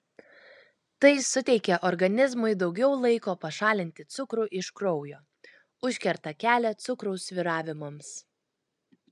tai suteikia organizmui daugiau laiko pašalinti cukrų iš kraujo užkerta kelią cukraus svyravimams